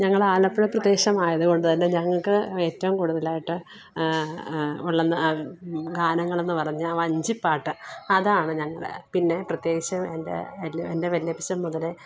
ഞങ്ങൾ ആലപ്പുഴ പ്രദേശമായത് കൊണ്ട് തന്നെ ഞങ്ങക്ക് ഏറ്റവും കൂടുതലായിട്ട് വള്ളം ഗാനങ്ങളെന്ന് പറഞ്ഞാൽ വഞ്ചിപ്പാട്ട് അതാണ് ഞങ്ങളുടെ പിന്നെ പ്രത്യേകിച്ചും എൻ്റെ വൽ എൻ്റെ വല്യപ്പച്ചൻ മുതല്